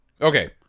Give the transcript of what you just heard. Okay